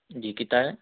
جی کتنا ہے